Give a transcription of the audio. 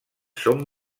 són